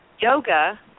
yoga